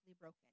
broken